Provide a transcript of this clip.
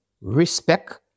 respect